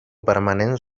permanent